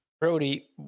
Brody